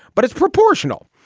but it's proportional.